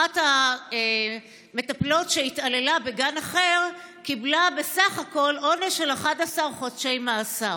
אחת המטפלות שהתעללה בגן אחר קיבלה בסך הכול עונש של 11 חודשי מאסר.